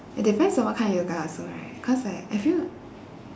it depends what kind of yoga also right cause like I feel